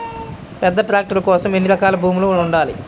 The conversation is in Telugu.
పెద్ద ట్రాక్టర్ కోసం ఎన్ని ఎకరాల భూమి ఉండాలి?